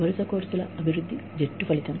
వరుస కోర్సుల అభివృద్ధి జట్టు ఫలితం